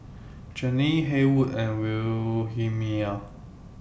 Jeanine Haywood and Wilhelmina